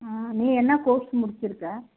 நீ என்ன கோர்ஸ் முடிச்சிருக்க